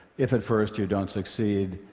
if at first you don't succeed,